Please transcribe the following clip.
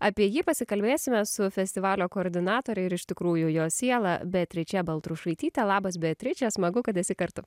apie jį pasikalbėsime su festivalio koordinatore ir iš tikrųjų jo siela beatriče baltrušaityte labas beatriče smagu kad esi kartu